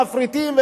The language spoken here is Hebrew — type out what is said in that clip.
מפריטים,